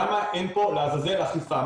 למה אין פה לעזאזל אכיפה?